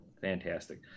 Fantastic